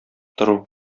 тору